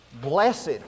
blessed